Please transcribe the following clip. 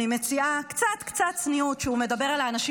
אני מציעה קצת צניעות כשהוא מדבר על האנשים